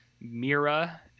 Mira